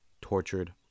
tortured